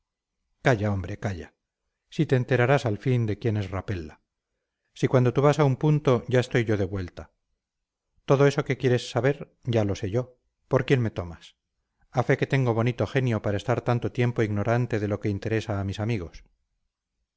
calla hombre calla si te enterarás al fin de quien es rapella si cuando tú vas a un punto ya estoy yo de vuelta todo eso que quieres saber ya lo sé yo por quién me tomas a fe que tengo bonito genio para estar tanto tiempo ignorante de lo que interesa a mis amigos